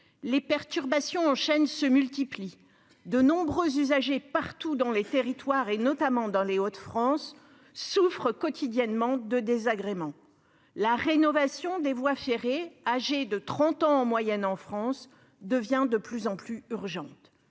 Les perturbations en chaîne se multiplient, de nombreux usagers partout dans les territoires, notamment dans les Hauts-de-France, souffrent quotidiennement de désagréments. La rénovation des voies ferrées, âgées de 30 ans en moyenne en France, devient de plus en plus urgente.